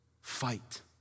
Fight